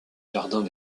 jardins